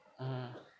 mm